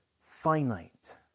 finite